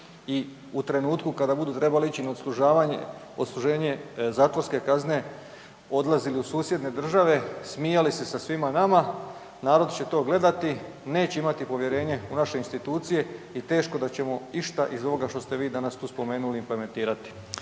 i u trenutku kada budu trebali ići na odslužavanje, odsluženje zatvorske kazne odlazili u susjedne države, smijali se sa svima nama, narod će to gledati, neće imati povjerenje u naše institucije i teško da ćemo išta iz ovoga što ste vi danas tu spomenuli implementirati.